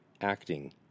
acting